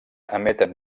emeten